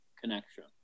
connection